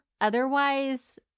otherwise